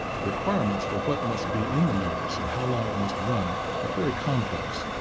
requirements for what must be in the notice and how long it must run are very complex.